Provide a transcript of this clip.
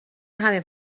همین